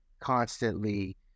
constantly